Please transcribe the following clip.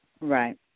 Right